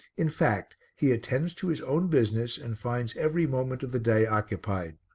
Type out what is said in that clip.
in fact, he attends to his own business and finds every moment of the day occupied.